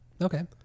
Okay